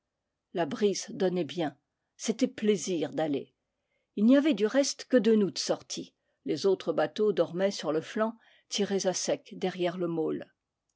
la brise donnait bien c'était plaisir d'aller il n'y avait du reste que nous de sortis les autres bateaux dormaient sur le flanc tirés à sec derrière le môle